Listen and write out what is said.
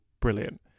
brilliant